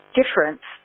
difference